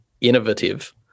innovative